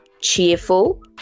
cheerful